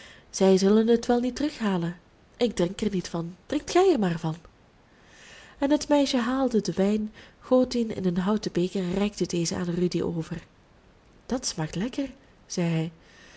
zij zullen het wel niet terughalen ik drink er niet van drink gij er maar van en het meisje haalde den wijn goot dien in een houten beker en reikte dezen aan rudy over dat smaakt lekker zei